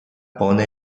pone